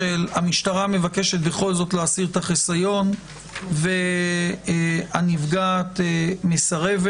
שבו המשטרה מבקשת בכל זאת להסיר את החיסיון והנפגעת מסרבת,